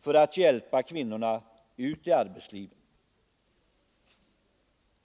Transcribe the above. för att hjälpa kvinnorna ut i arbetslivet.